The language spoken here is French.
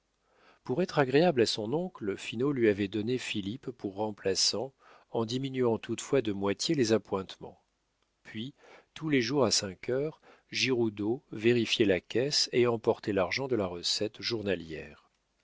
pour être agréable à son oncle finot lui avait donné philippe pour remplaçant en diminuant toutefois de moitié les appointements puis tous les jours à cinq heures giroudeau vérifiait la caisse et emportait l'argent de la recette journalière